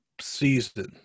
season